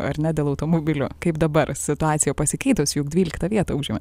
ar ne dėl automobilio kaip dabar situacija pasikeitusi juk dvyliktą vietą užėmėt